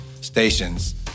stations—